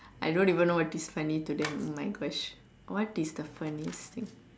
I don't even know what is funny to them oh my Gosh what is the funniest thing